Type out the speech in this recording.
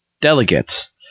delegates